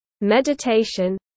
Meditation